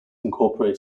incorporate